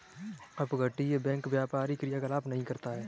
अपतटीय बैंक व्यापारी क्रियाकलाप नहीं करता है